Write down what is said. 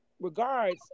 regards